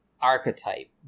archetype